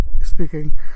speaking